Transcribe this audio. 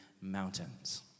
mountains